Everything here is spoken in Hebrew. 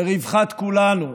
לרווחת כולנו.